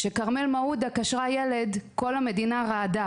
כשכרמל מעודה קשרה ילד, כל המדינה רעדה.